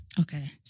Okay